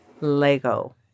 Lego